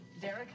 Derek